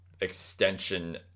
extension